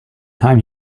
time